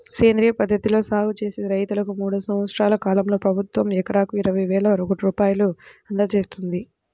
సేంద్రియ పద్ధతిలో సాగు చేసే రైతన్నలకు మూడు సంవత్సరాల కాలంలో ప్రభుత్వం ఎకరాకు ఇరవై వేల రూపాయలు అందజేత్తంది